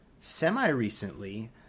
semi-recently